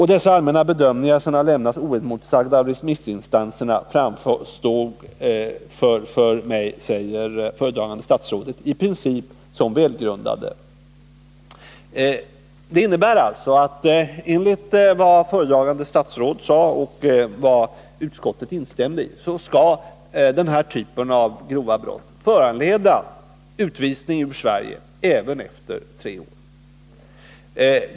Dessa allmänna bedömningar, som har lämnats oemotsagda av remissinstanser, framstår för mig”, säger föredragande statsrådet, ”i princip som välgrundade.” Det innebär att enligt vad föredragande statsrådet då sade och utskottet instämde i skall den här typen av grova brott föranleda utvisning ur Sverige även efter tre års vistelse här.